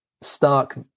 stark